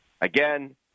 Again